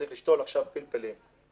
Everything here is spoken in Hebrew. צריך עכשיו פלפלים,